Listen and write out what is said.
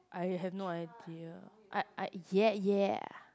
I have no idea I I ya ya